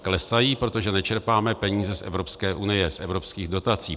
Klesají, protože nečerpáme peníze z Evropské unie, z evropských dotací.